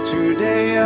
Today